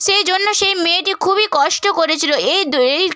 সেই জন্য সেই মেয়েটি খুবই কষ্ট করেছিল এই দ এই